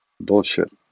bullshit